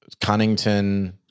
Cunnington –